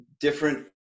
different